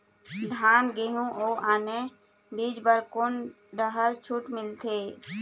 धान गेहूं अऊ आने बीज बर कोन डहर छूट मिलथे?